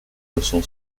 russell